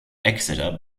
exeter